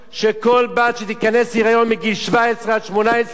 שכל בת שתיכנס להיריון מגיל 17 עד 18,